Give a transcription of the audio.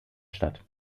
statt